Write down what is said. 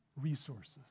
resources